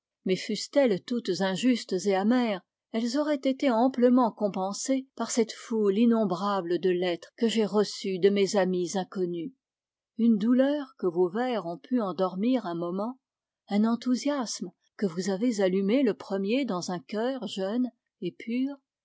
mais fussent-elles toutes injustes et amères elles auraient été amplement compensées par cette foule innombrable de lettres que j'ai reçues de mes amis inconnus une douleur que vos vers ont pu endormir un moment un enthousiasme que vous avez allumé le premier dans un cœur jeune et pur